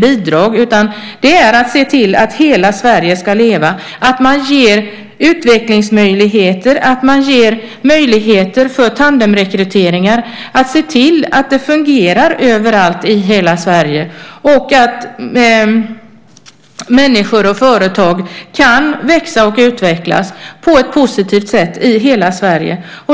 bidrag, utan det är att se till att hela Sverige ska leva, att man ger utvecklingsmöjligheter, att man ger möjlighet för tandemrekryteringar, att man ser till att det fungerar överallt i hela Sverige och att människor och företag kan växa och utvecklas på ett positivt sätt i hela Sverige.